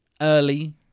early